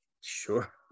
Sure